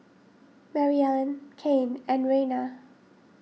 Maryellen Cain and Reina